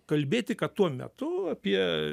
kalbėti kad tuo metu apie